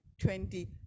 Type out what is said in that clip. twenty